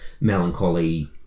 melancholy